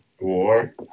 War